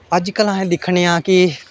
अज्जकल अस दिक्खने आं कि